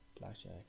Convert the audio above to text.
blackjack